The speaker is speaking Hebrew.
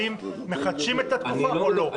האם מחדשים את התקופה או לא.